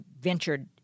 ventured